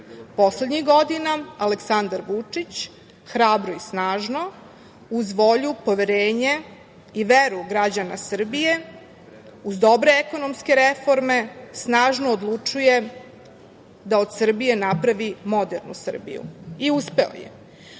Poslednjih godina Aleksandar Vučić hrabro i snažno uz volju, poverenje i veru građana Srbije, uz dobre ekonomske reforme snažno odlučuje da od Srbije napravi modernu Srbiju i uspeo je.